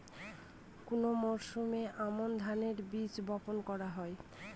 কোন মরশুমে আমন ধানের বীজ বপন করা হয়?